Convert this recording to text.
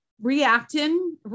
reacting